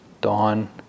dawn